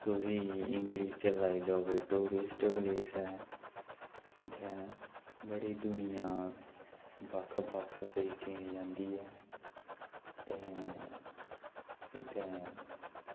तुसी इंग्लिश च लाई लैओ कि टूरिस्ट प्लेस ऐ इत्थें बड़ी दुनियां बक्ख बक्ख तरीके दी आंदी ऐ ते इत्थें